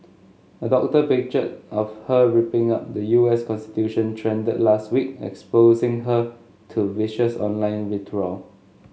a doctored picture of her ripping up the U S constitution trended last week exposing her to vicious online vitriol